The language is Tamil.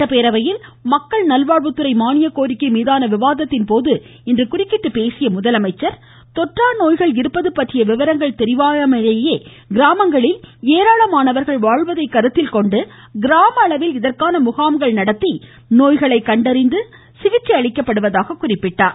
சட்டப்பேரவையில் மக்கள் நல்வாழ்வுத்துறை மானியக் கோரிக்கை மீதான விவாதத்தின் போது இன்று குறுக்கிட்டு பேசிய அவர் தொற்றா நோய் இருப்பது பற்றிய விவரம் தெரியாமலேயே கிராமங்களில் ஏராளமானோர் வாழ்வதை கருத்தில்கொண்டு கிராம அளவில் இதற்கான முகாம்கள் நடத்தி நோய்களை கண்டறிந்து சிகிச்சை அளிக்கப்படுவதாக கூறினார்